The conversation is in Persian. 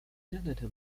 نداده